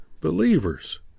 believers